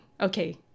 Okay